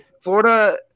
Florida